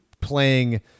playing